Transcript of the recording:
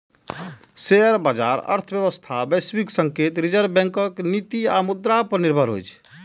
share बाजार अर्थव्यवस्था, वैश्विक संकेत, रिजर्व बैंकक नीति आ मुद्रा पर निर्भर होइ छै